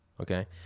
okay